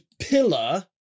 pillar